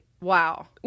Wow